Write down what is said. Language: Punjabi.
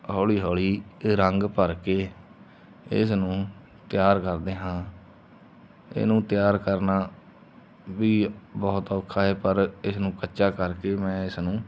ਹੌਲੀ ਹੌਲੀ ਇਹ ਰੰਗ ਭਰ ਕੇ ਇਸ ਨੂੰ ਤਿਆਰ ਕਰਦੇ ਹਾਂ ਇਹਨੂੰ ਤਿਆਰ ਕਰਨਾ ਵੀ ਬਹੁਤ ਔਖਾ ਏ ਪਰ ਇਸ ਨੂੰ ਕੱਚਾ ਕਰਕੇ ਮੈਂ ਇਸ ਨੂੰ